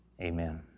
Amen